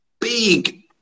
big